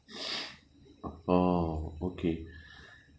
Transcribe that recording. oh okay